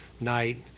night